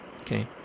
Okay